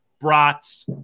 brats